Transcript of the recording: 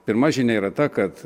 pirma žinia yra ta kad